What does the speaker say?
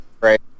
right